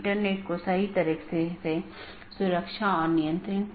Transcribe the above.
इन मार्गों को अन्य AS में BGP साथियों के लिए विज्ञापित किया गया है